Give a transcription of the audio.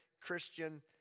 Christian